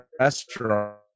restaurant